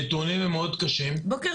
הנתונים הם מאוד קשים,